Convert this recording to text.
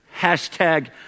hashtag